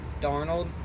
Darnold